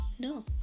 No